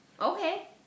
okay